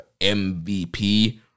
MVP